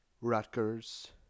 Rutgers